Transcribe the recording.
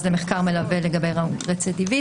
אז למחקר מלווה לגבי רצידיביזם.